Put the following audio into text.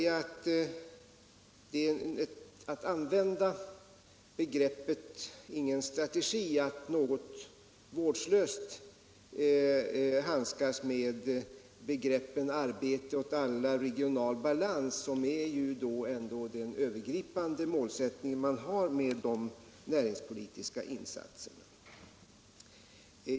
Att använda uttrycket ”ingen strategi” är att något vårdslöst handskas med begreppen arbete åt alla och regional balans, som ändå är en övergripande målsättning för de näringspolitiska insatserna.